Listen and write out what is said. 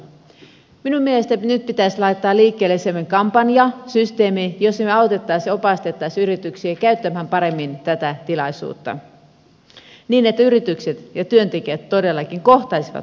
minun mielestä nyt pitäisi laittaa liikkeelle semmoinen kampanja systeemi jossa me auttaisimme ja opastaisimme yrityksiä käyttämään paremmin tätä tilaisuutta niin että yritykset ja työntekijät todellakin kohtaisivat toisensa